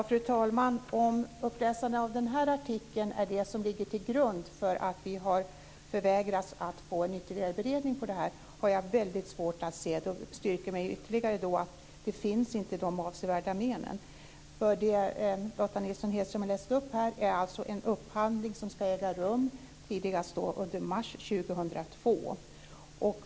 Fru talman! Att det som lästes upp från DN artikeln är det som ligger till grund för att vi förvägrats ytterligare beredning i sammanhanget har jag väldigt svårt att se. Då styrker det ytterligare min tro att det inte finns några avsevärda men. Vad Lotta Nilsson-Hedström här läste upp gäller en upphandling som ska äga rum tidigast under mars 2002.